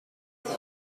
this